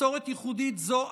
מסורת ייחודית זו,